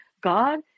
God